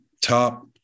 top